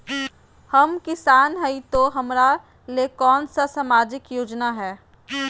हम किसान हई तो हमरा ले कोन सा सामाजिक योजना है?